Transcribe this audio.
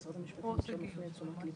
ממשרד המשפטים עכשיו הפנו את תשומת ליבי,